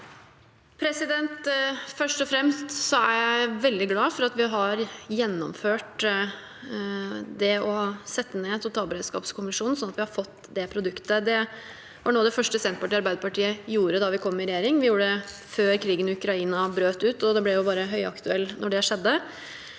Først og fremst er jeg veldig glad for at vi har gjennomført det å sette ned totalberedskapskommisjonen, sånn at vi har fått det produktet. Det var noe av det første Senterpartiet og Arbeiderpartiet gjorde da vi kom i regjering. Vi gjorde det før krigen i Ukraina brøt ut, og det ble jo høyaktuelt da